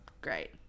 Great